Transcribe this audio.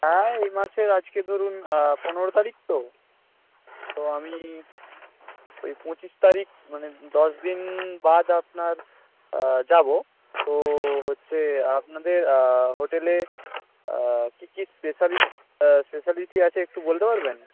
হ্যাঁ এ মাসের আজকে ধরুন পনেরো তারিখ তো তো আমি ওই পঁচিশ তারিখ মানে দশ দিন বাদ আপনার যাবো তো হচ্ছে আপনাদের হোটেলে কি কি স্পেশ্যালিস্ট স্পেশালিটি আছে একটু বলতে পারবেন